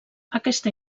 aquesta